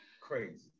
Crazy